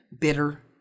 bitter